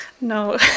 no